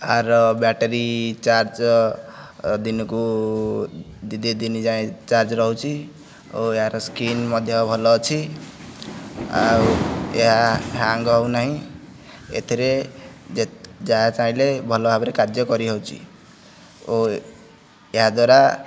ଏହାର battery charge ଦିନକୁ ଦୁଇ ଦିନ ଯାଏ ଚାର୍ଜ ରହୁଛି ଓ ଏହାର ସ୍କ୍ରିନ୍ ମଧ୍ୟ ଭଲ ଅଛି ଆଉ ଏହା ହାଙ୍ଗ୍ ହେଉନାହିଁ ଏଥିରେ ଯାହା ଚାହିଁଲେ ଭଲ ଭାବରେ କାର୍ଯ୍ୟ କରିହେଉଛି ଓ ଏହାଦ୍ୱାରା